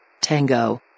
Tango